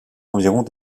environs